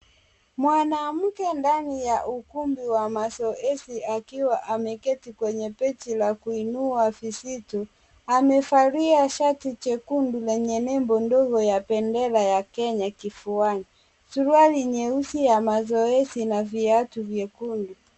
Mwanamke ndani ya ukumbi wa mazoezi akiwa ameketi kwenye bench la kuinua vizito amevalia shati jekundu yenye nembo ndogo ya bendera ya Kenya kifuani, suruali nyeusi ya mazoezi na viatu vyekundu.